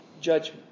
judgment